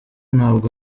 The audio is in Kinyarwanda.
ntabwo